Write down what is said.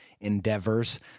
endeavors